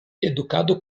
edukado